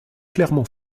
clermont